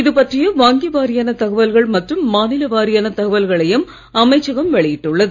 இது பற்றிய வங்கி வாரியான தகவல்கள் மற்றும் மாநில வாரியான தகவல்களையும் அமைச்சகம் வெளியிட்டுள்ளது